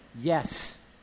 yes